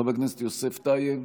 חבר הכנסת יוסף טייב,